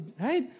Right